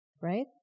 right